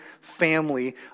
family